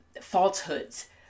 falsehoods